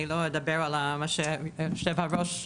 אני לא אדבר על מה שיושב הראש העלה,